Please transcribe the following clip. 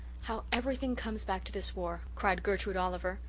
how everything comes back to this war, cried gertrude oliver.